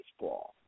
baseball